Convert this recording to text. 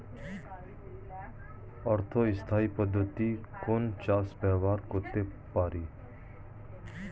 অর্ধ স্থায়ী পদ্ধতি কোন চাষে ব্যবহার করতে পারি?